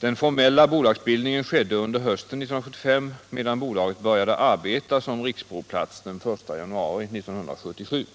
Den formella bolagsbildningen skedde under hösten 1975, medan bolaget började arbeta som riksprovplats den 1 januari 1977.